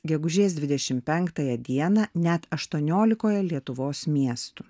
gegužės dvidešimt penktąją dieną net aštuoniolikoje lietuvos miestų